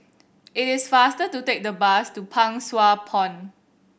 it is faster to take the bus to Pang Sua Pond